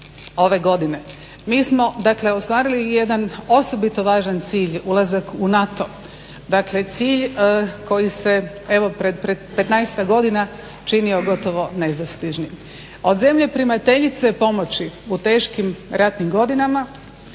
ove godine. Mi smo dakle ostvarili i jedan osobito važan cilj, ulazak u NATO. Dakle cilj koji se evo pred 15-tak godina činio gotovo nedostižnim. Od zemlje primateljice pomoći u teškim ratnim godinama